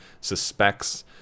suspects